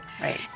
Right